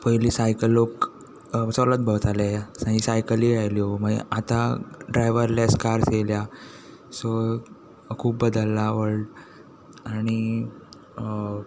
पयलीं सायकल लोक चलत भोंवताले मागीर सायकली आयल्यो मागीर आतां ड्रायवरलेस कार्स येयल्या सो खूब बदललां वर्ल्ड आनी